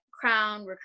crown